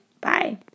Bye